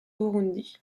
burundi